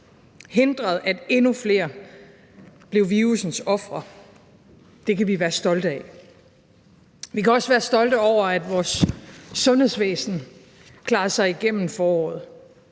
hindret, at endnu flere blev virussens ofre. Det kan vi være stolte af. Vi kan også være stolte over, at vores sundhedsvæsen klarede sig igennem foråret.